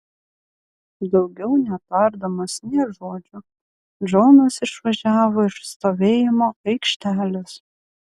daugiau netardamas nė žodžio džonas išvažiavo iš stovėjimo aikštelės